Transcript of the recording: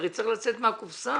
הרי צריך לצאת מהקופסה.